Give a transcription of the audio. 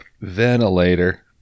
ventilator